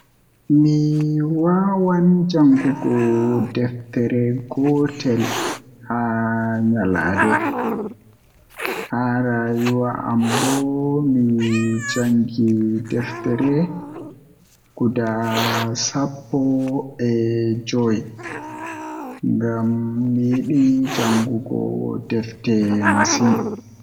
Mi wawan jangugo deftere gotel haa nyalande, Haa rayuwa am bo mi jangi derfte guda sappo e joye ngam mi yidi janngugo defte masin